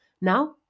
Now